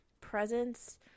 presents